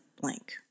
blank